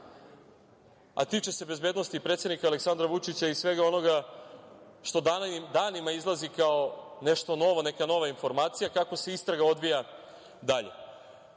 a tiče se bezbednosti predsednika Aleksandra Vučića i svega onoga što danima izlazi kao nešto novo, neka nova informacija kako se istraga odvija dalje.U